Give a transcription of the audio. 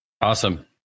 Awesome